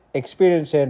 experience